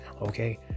Okay